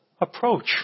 approach